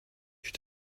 she